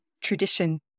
tradition